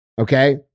okay